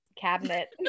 cabinet